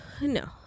No